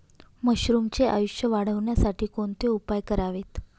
मशरुमचे आयुष्य वाढवण्यासाठी कोणते उपाय करावेत?